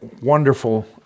wonderful